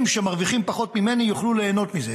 שמרוויחים פחות ממני יוכלו ליהנות מזה.